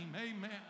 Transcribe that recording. Amen